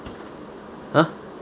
!huh!